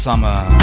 summer